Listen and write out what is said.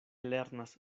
lernas